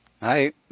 Hi